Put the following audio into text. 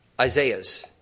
Isaiah's